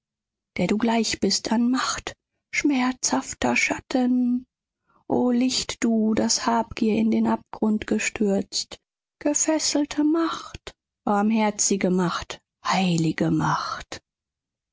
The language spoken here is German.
der du gleich bist an macht schmerzhafter schatten o licht du das habgier in den abgrund gestürzt gefesselte macht barmherzige macht heilige macht